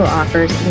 offers